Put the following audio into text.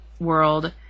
world